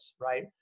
right